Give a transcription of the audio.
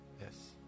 Yes